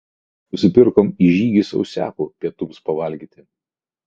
nusipirkom į žygį sausiakų pietums pavalgyti